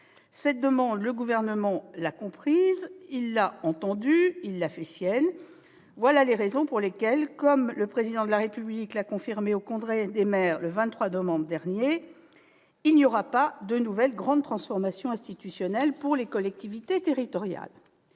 Cette demande, le Gouvernement l'a entendue, comprise et faite sienne. Voilà les raisons pour lesquelles, comme le Président de la République l'a confirmé au congrès des maires le 23 novembre dernier, il n'y aura pas de nouvelle grande transformation institutionnelle pour les collectivités territoriales.